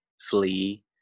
flee